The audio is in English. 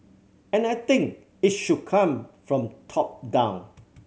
and I think it should come from top down